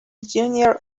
junior